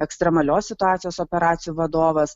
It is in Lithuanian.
ekstremalios situacijos operacijų vadovas